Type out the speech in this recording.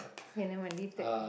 K now leave that